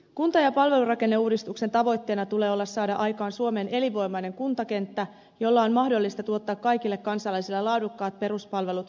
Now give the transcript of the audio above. kunta ja palvelurakenneuudistuksen tavoitteena tulee olla saada aikaan suomeen elinvoimainen kuntakenttä jolla on mahdollista tuottaa kaikille kansalaisille laadukkaat peruspalvelut kustannustehokkaasti